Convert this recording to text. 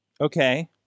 Okay